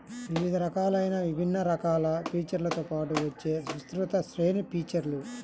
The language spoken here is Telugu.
వివిధ రకాలైన విభిన్న రకాల ఫీచర్లతో పాటు వచ్చే విస్తృత శ్రేణి ఫీచర్లు